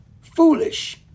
foolish